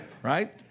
Right